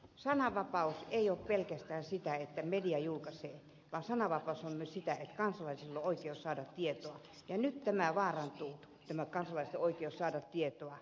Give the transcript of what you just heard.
sananvapaus ei ole pelkästään sitä että media julkaisee vaan sananvapaus on myös sitä että kansalaisilla on oikeus saada tietoa ja nyt vaarantuu tämä kansalaisten oikeus saada kunnollista tietoa